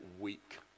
weak